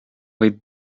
võib